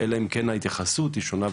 אלא אם כן ההתייחסות היא שונה.